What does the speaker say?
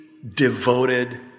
Devoted